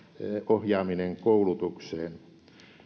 ohjaaminen koulutukseen